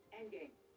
Endgame